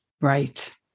Right